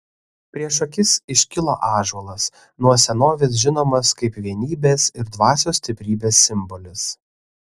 prieš akis iškilo ąžuolas nuo senovės žinomas kaip vienybės ir dvasios stiprybės simbolis